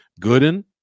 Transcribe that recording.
Gooden